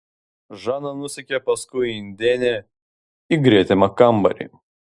žana nusekė paskui indėnę į gretimą kambarį